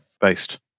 Based